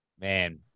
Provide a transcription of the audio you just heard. Man